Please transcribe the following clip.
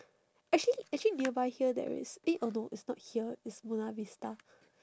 actually actually nearby here there is eh oh no it's not here it's buona vista